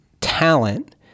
talent